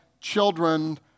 children